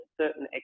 certain